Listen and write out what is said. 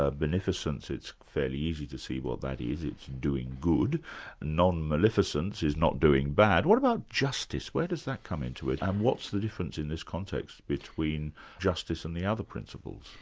ah beneficence, it's fairly easy to see what that is, it's doing good non-maleficence is not doing bad. what about justice? where does that come into it, and what's the difference in this context between justice and the other principles?